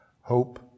Hope